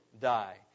die